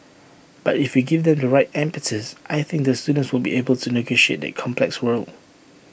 but if we give them the right impetus I think the students will be able to negotiate that complex world